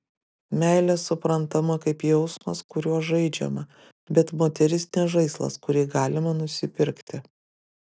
meilė suprantama kaip jausmas kuriuo žaidžiama bet moteris ne žaislas kurį galima nusipirkti